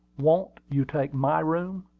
won't you take my room?